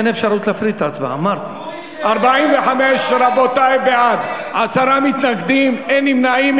45 בעד, עשרה מתנגדים, אין נמנעים.